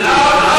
זו אדמתנו,